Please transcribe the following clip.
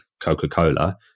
coca-cola